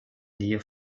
nähe